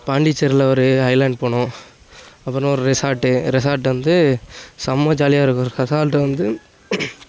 பாண்டிசேரியில் ஒரு ஐலேண்ட் போனோம் அப்புறம் ஒரு ரெசார்ட்டு ரெசார்ட்டு வந்து செம்ம ஜாலியாக இருக்கும் ரெசார்ட்டு வந்து